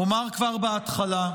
אומר כבר בהתחלה: